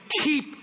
keep